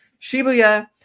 Shibuya